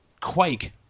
quake